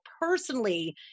personally